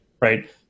Right